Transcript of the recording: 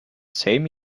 same